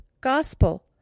gospel